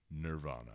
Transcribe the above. Nirvana